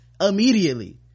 immediately